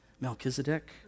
Melchizedek